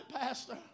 Pastor